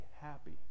happy